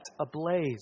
ablaze